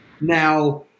Now